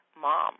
mom